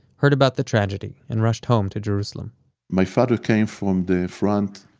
heard about the tragedy and rushed home to jerusalem my father came from the front,